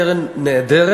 קרן נהדרת.